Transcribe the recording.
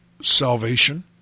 Salvation